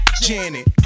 Janet